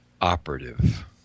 operative